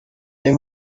they